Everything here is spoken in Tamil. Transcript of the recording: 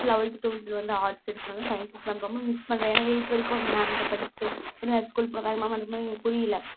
லவல்த்து டுவல்த்தில் வந்து ஆர்ட்ஸ் எடுத்ததும் சயின்ஸ் தான் ரொம்ப மிஸ் பண்ணேன் ஏன்னா எயித் வரைக்கும் அந்த மேம்ட படிச்சிட்டு திடீர்னு வேற ஸ்கூல் போகும்போது வேற மேம் நடத்தும்போது எங்களுக்கு புரியலை